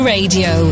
Radio